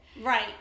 Right